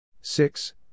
six